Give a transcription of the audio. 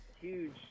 Huge